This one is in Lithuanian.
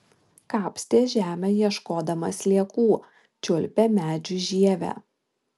kapstė žemę ieškodama sliekų čiulpė medžių žievę